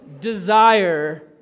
desire